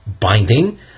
binding